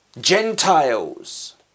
Gentiles